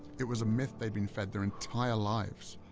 it was a myth they'd been fed their entire lives.